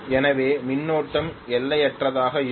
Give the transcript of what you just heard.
எனவே மின்னோட்டம் எல்லையற்றதாக இருக்கும்